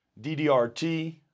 DDRT